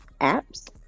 apps